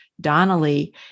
Donnelly